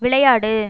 விளையாடு